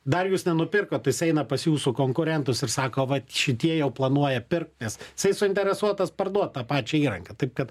dar jūs nenupirkot jis eina pas jūsų konkurentus ir sako vat šitie jau planuoja pirkt nes jisai suinteresuotas parduot tą pačią įrangą taip kad